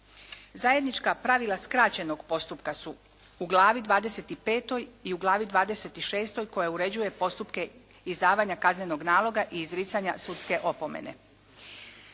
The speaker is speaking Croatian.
Zajednička pravila skraćenog postupka su u glavi 25. i u glavi 26. koja uređuje postupke izdavanja kaznenog naloga i izricanja sudske opomene.